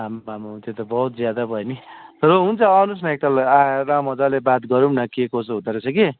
आम्मामामाम त्यो त बहुत ज्यादै भयो नि र हुन्छ आउनुहोस् न एकताल आएर मजाले बात गरौँ न के कसो हुँदोरहेछ कि